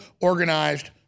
organized